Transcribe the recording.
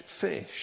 fish